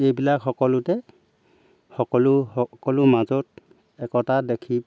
এইবিলাক সকলোতে সকলো সকলো মাজত একতা দেখি